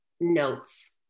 Notes